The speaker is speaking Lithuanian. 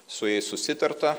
su jais susitarta